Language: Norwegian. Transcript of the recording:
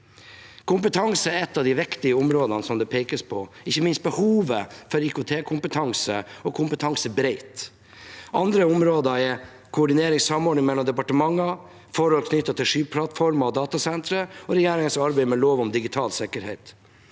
Kompetanse er ett av de viktige områdene det pekes på, ikke minst behovet for IKT-kompetanse – og bred kompetanse. Andre områder er koordinering og samordning mellom departementene, forhold knyttet til skyplattformer og datasentre og regjeringens arbeid med lov om digital sikkerhet.